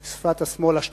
שפת השמאל, השטחים.